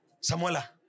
Samuela